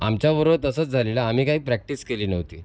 आमच्याबरोबर तसंच झालेलं आम्ही काही प्रॅक्टीस केली नव्हती